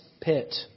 pit